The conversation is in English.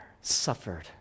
suffered